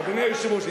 אדוני היושב-ראש,